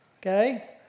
Okay